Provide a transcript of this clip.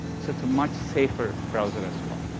so it's a much safer browser as well.